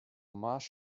marsh